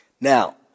Now